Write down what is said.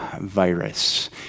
virus